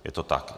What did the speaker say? Je to tak.